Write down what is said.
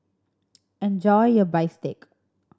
enjoy your bistake